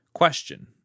Question